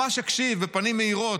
ממש הקשיב בפנים מאירות"